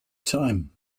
time